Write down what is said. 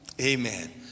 Amen